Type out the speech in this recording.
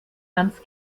hanns